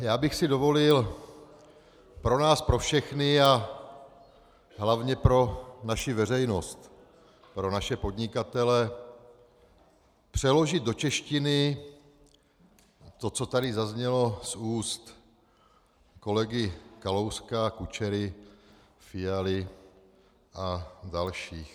Já bych si dovolil pro nás pro všechny a hlavně pro naši veřejnost, pro naše podnikatele přeložit do češtiny to, co tady zaznělo z úst kolegy Kalouska a Kučery, Fialy a dalších.